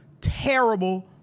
terrible